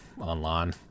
online